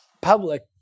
public